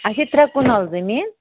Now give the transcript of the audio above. اَسہ چھِ ترٛےٚ کنال زٔمیٖن